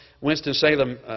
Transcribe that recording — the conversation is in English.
Winston-Salem